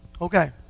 Okay